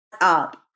up